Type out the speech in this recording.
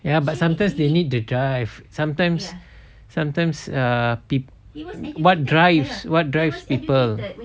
ya but sometimes they need the drive sometimes sometimes err pe~ what drives what drives people